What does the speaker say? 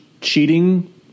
cheating